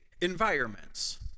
environments